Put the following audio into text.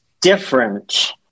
different